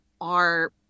are-